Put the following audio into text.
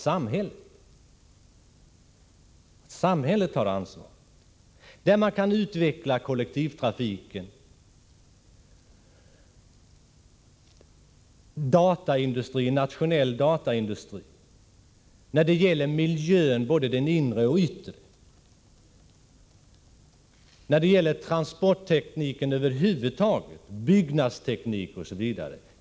Samhället tar alltså ansvaret. Det gäller då att utveckla kollektivtrafiken. Dessutom gäller det nationell dataindustri, miljön — både den inre och den yttre —, transporttekniken över huvud taget, byggnadsteknik osv.